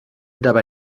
dabei